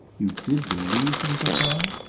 you did believe him, papa?